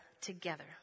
together